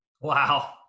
Wow